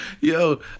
yo